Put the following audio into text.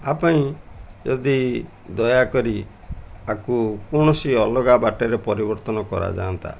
ଆ ପାଇଁ ଯଦି ଦୟାକରି ଆକୁ କୌଣସି ଅଲଗା ବାଟରେ ପରିବର୍ତ୍ତନ କରାଯାଆନ୍ତା